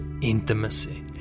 intimacy